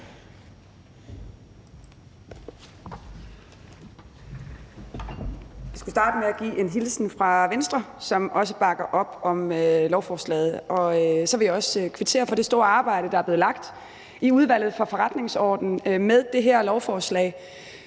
Jeg skal starte med at give en hilsen fra Venstre, som også bakker op om lovforslaget. Og så vil jeg også kvittere for det store arbejde, der er blevet lagt i Udvalget for Forretningsordenen, med det her lovforslag.